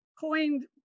coined